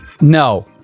No